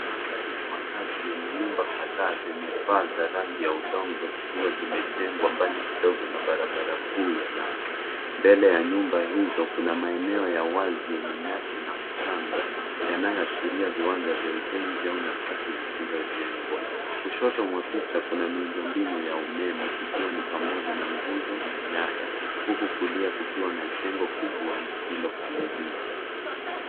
Mandhari ya makazi yenye nyumba za kizazi kipya, zenye paa za rangi ya udongo, zikiwa zimejengwa mbali kidogo na barabara kuu ya lami. Mbele ya nyumba hizo, kuna maeneo ya wazi yenye nyasi na mchanga, yanayoashiria viwanja vya ujenzi au nafasi zisizojengwa. Kushoto, kuna miundombinu ya umeme, ikiwa ni pamoja na nguzo na nyaya. Kuelekea kulia, kuna jengo kubwa linalofanana na halijakamilika.